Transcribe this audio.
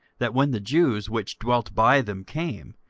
that when the jews which dwelt by them came,